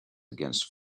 against